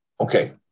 Okay